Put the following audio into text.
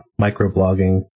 microblogging